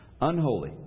unholy